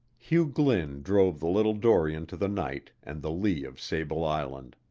hugh glynn drove the little dory into the night and the lee of sable island.